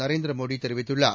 நரேந்திர மோடி தெரிவித்துள்ளார்